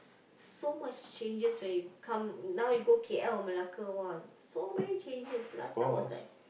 so much changes when you come now you go K_L or Malacca !wah! so many changes last time was like